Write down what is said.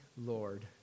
Lord